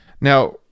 Now